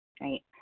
right